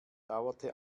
dauerte